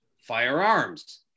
firearms